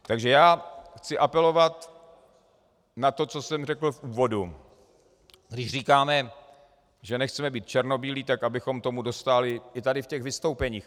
Takže já chci apelovat na to, co jsem řekl v úvodu, když říkáme, že nechceme být černobílí, tak abychom tomu dostáli i tady v těch vystoupeních.